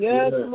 Yes